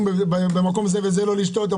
זה לא קשר עסקי?